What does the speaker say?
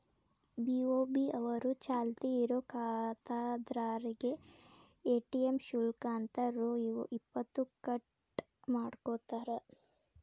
BOB ಅವರು ಚಾಲ್ತಿ ಇರೋ ಖಾತಾದಾರ್ರೇಗೆ ಎ.ಟಿ.ಎಂ ಶುಲ್ಕ ಅಂತ ರೊ ಇಪ್ಪತ್ತು ಕಟ್ ಮಾಡ್ಕೋತಾರ